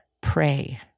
pray